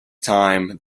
time